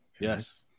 Yes